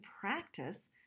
practice